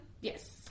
Yes